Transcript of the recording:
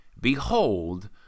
Behold